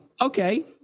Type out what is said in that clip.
okay